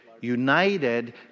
united